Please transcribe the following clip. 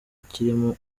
kirimo